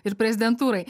ir prezidentūrai